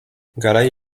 garai